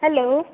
hello